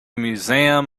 museum